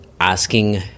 asking